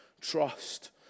trust